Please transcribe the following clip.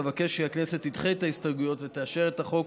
אבקש שהכנסת תדחה את ההסתייגויות ותאשר את החוק